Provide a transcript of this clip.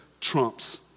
trumps